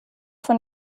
von